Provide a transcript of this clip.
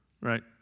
right